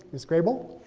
miss grey bull.